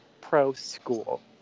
pro-school